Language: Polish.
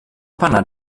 pana